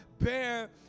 bear